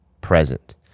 present